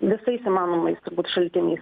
visais įmanomais turbūt šaltiniais